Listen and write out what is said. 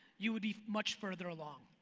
you would be much further along.